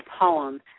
poem